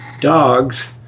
dogs